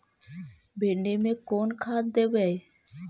भिंडी में कोन खाद देबै?